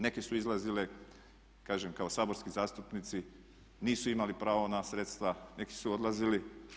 Neki su izlazili kažem kao saborski zastupnici, nisu imali pravo na sredstva, neki su odlazili.